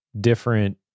different